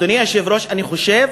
אדוני היושב-ראש, אני חושב